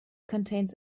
contains